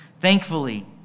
Thankfully